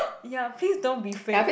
ya please don't be fake